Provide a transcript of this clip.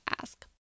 ask